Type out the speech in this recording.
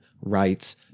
rights